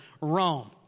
Rome